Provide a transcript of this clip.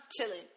chilling